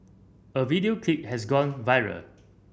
a video clip has gone viral